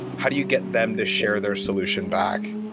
how do you get them to share their solution back?